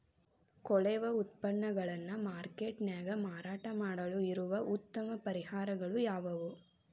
ಕೊಳೆವ ಉತ್ಪನ್ನಗಳನ್ನ ಮಾರ್ಕೇಟ್ ನ್ಯಾಗ ಮಾರಾಟ ಮಾಡಲು ಇರುವ ಉತ್ತಮ ಪರಿಹಾರಗಳು ಯಾವವು?